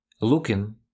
Looking